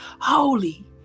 Holy